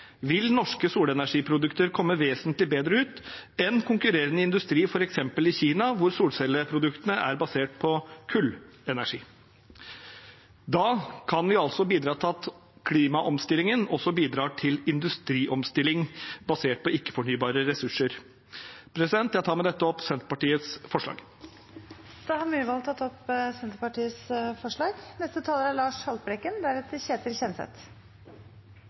vil norske solenergiprodukter komme vesentlig bedre ut enn konkurrerende industri, f.eks. i Kina, hvor solcelleproduktene er basert på kullenergi. Da kan vi altså bidra til at klimaomstillingen også bidrar til industriomstilling basert på ikke-fornybare ressurser. Jeg tar med dette opp forslagene Senterpartiet har sammen med Sosialistisk Venstreparti og Miljøpartiet De Grønne. Da har representanten Ole André Myhrvold tatt opp